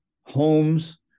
homes